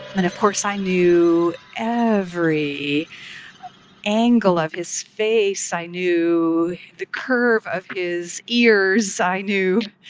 and of course, i knew every angle of his face. i knew the curve of his ears. i knew